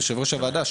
יושב-ראש הוועדה,